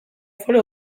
foru